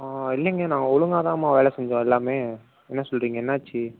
ஆ இல்லைங்க நான் ஒழுங்காகதாம்மா வேலை செஞ்சோம் எல்லாமே என்ன சொல்கிறீங்க என்னாச்சு